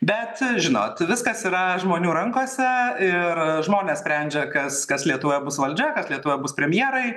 bet žinot viskas yra žmonių rankose ir žmonės sprendžia kas kas lietuvoje bus valdžia kad lietuva bus premjerai